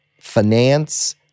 finance